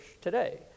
today